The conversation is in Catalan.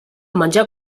menjar